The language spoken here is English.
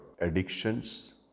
addictions